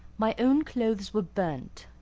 my own clothes were burnt.